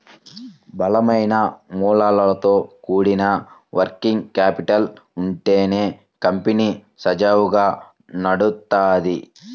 బలమైన మూలాలతో కూడిన వర్కింగ్ క్యాపిటల్ ఉంటేనే కంపెనీ సజావుగా నడుత్తది